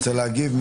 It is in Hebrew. רוצה להגיב?